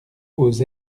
aux